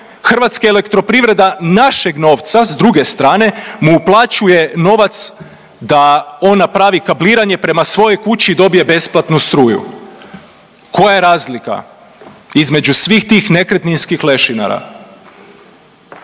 Hrvatska elektroprivreda našeg novca s druge strane mu uplaćuje novac da on napravi kabliranje prema svojoj kući i dobije besplatnu struju. Koja je razlika između svih tih nekretninskih lešinara?